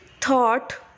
thought